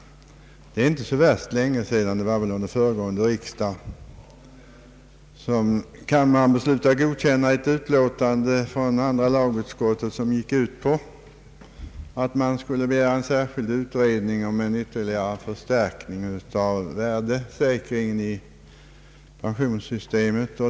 Det är inte så värst länge sedan — det var väl under föregående riksdag — som kammaren beslutade godkänna ett utlåtande från andra lagutskottet där en särskild utredning begärdes om ytterligare förstärkning av värdesäkringen i pensionssystemet.